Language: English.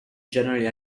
generally